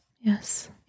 Yes